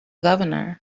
governor